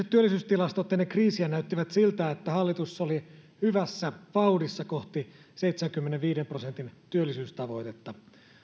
työllisyystilastot ennen kriisiä näyttivät siltä että hallitus oli hyvässä vauhdissa kohti seitsemänkymmenenviiden prosentin työllisyystavoitetta